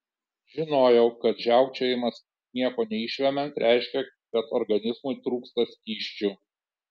žinojau kad žiaukčiojimas nieko neišvemiant reiškia jog organizmui trūksta skysčių